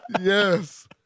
Yes